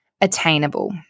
Attainable